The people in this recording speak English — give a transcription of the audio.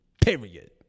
Period